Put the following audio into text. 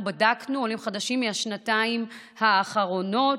אנחנו בדקנו עולים חדשים מהשנתיים האחרונות,